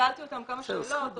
שאלתי אותם כמה שאלות.